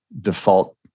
default